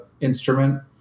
instrument